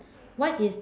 what is